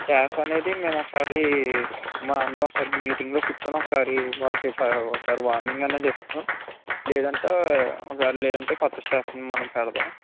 staff అనేది మేము ఒకసారి మా అందరం ఒకసారి మీటింగ్ లో కూర్చుని ఒకసారి వారికి ఒకసారి వార్నింగ్ అనేది ఇస్తాను లేదంటే లేదంటే ఓసారి కొత్త స్టాఫ్ ని మనం పెడదాం